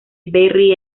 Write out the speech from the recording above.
barry